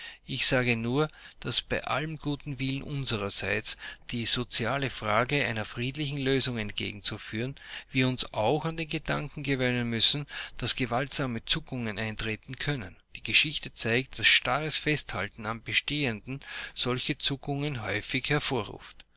ich sage nur daß bei allem guten willen unsererseits die soziale frage einer friedlichen lösung entgegenzuführen wir uns auch an den gedanken gewöhnen müssen daß gewaltsame zuckungen eintreten können die geschichte zeigt daß starres festhalten am bestehenden solche zuckungen häufig hervorruft